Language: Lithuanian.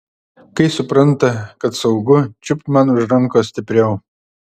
kai supranta kad saugu čiupt man už rankos stipriau